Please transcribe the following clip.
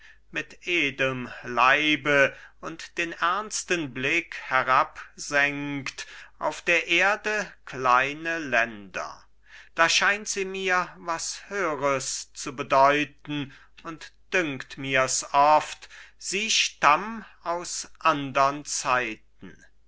mit edelm leibe und den ernsten blick herabsenkt auf der erde kleine länder da scheint sie mir was höhres zu bedeuten und dünkt mirs oft sie stamm aus andern zeiten